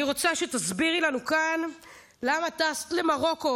אני רוצה שתסבירי לנו כאן למה טסת למרוקו